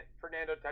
Fernando